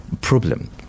problem